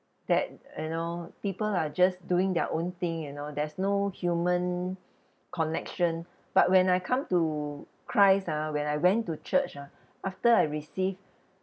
that you know people are just doing their own thing you know there's no human connection but when I come to christ ah when I went to church ah after I received